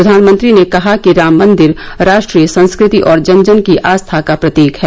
प्रधानमंत्री ने कहा राम मंदिर राष्ट्रीय संस्कृति और जन जन की आस्था का प्रतीक है